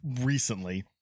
recently